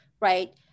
right